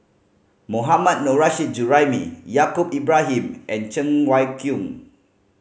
Mohammad Nurrasyid Juraimi Yaacob Ibrahim and Cheng Wai Keung